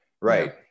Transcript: Right